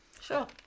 sure